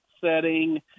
setting –